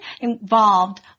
involved